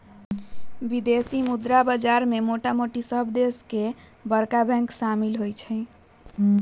विदेशी मुद्रा बाजार में मोटामोटी सभ देश के बरका बैंक सम्मिल होइ छइ